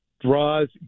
draws